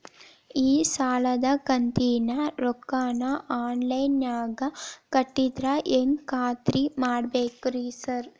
ಈ ಸಾಲದ ಕಂತಿನ ರೊಕ್ಕನಾ ಆನ್ಲೈನ್ ನಾಗ ಕಟ್ಟಿದ್ರ ಹೆಂಗ್ ಖಾತ್ರಿ ಮಾಡ್ಬೇಕ್ರಿ ಸಾರ್?